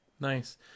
Nice